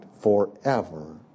forever